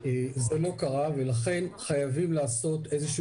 זה לא קרה ולכן חייבים לעשות איזה שהוא